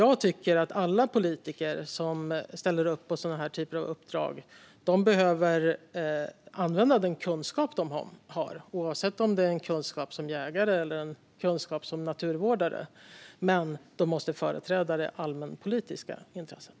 Jag tycker att alla politiker som ställer upp på den här typen av uppdrag behöver använda den kunskap de har, oavsett om det är kunskap i egenskap av jägare eller kunskap i egenskap av naturvårdare. Men de måste företräda det allmänpolitiska intresset.